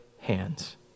hands